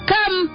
Come